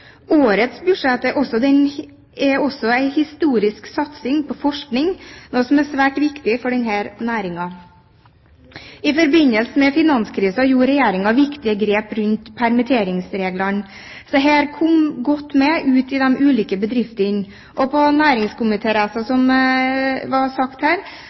Årets budsjett er også en historisk satsing på forskning, noe som er svært viktig for denne næringen. I forbindelse med finanskrisen gjorde Regjeringen viktige grep rundt permitteringsreglene. Disse kom godt med ute i de ulike bedriftene. På næringskomitéreisen fikk vi i Ulstein, som det ble sagt her,